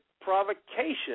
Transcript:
provocation